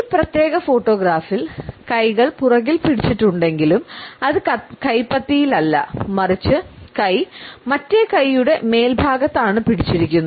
ഈ പ്രത്യേക ഫോട്ടോഗ്രാഫിൽ കൈകൾ പുറകിൽ പിടിച്ചിട്ടുണ്ടെങ്കിലും അത് കൈപ്പത്തിയിലല്ല മറിച്ച് കൈ മറ്റേ കൈയുടെ മേൽഭാഗത്ത് ആണ് പിടിച്ചിരിക്കുന്നത്